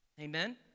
Amen